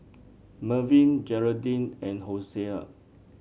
Melvyn Geraldine and Hosea